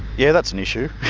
yeah, that's an issue,